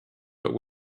but